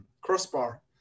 crossbar